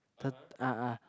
the ah ah